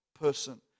person